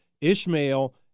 Ishmael